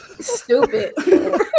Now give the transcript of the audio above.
Stupid